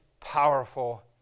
powerful